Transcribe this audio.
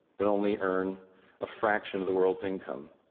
but only earn a fraction of the world's income.